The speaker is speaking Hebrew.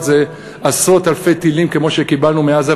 זה עשרות אלפי טילים כמו שקיבלנו מעזה,